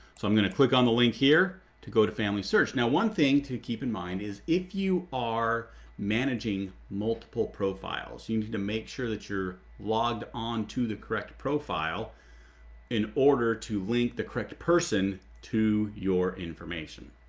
so i'm gonna click on the link here to go to family search. now one thing to keep in mind is if you are managing multiple profiles you need to make sure that you're logged on to the correct profile in order to link the correct person to your information.